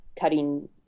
cutting